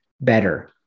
better